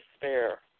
despair